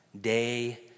Day